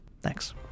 Thanks